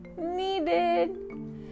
needed